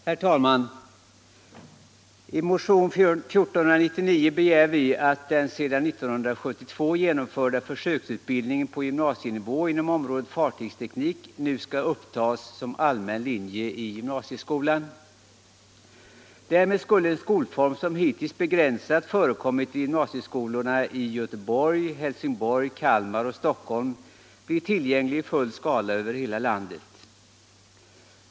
Herr talman! I motionen 1499 begär vi att den 1972 genomförda försöksutbildningen på gymnasienivå inom området fartygsteknik nu skall upptas såsom allmän linje i gymnasieskolan. Därmed skulle en skolform, som hittills begränsat förekommit i gymnasieskolorna i Göteborg, Helsingborg, Kalmar och Stockholm, bli tillgänglig i full skala över hela landet.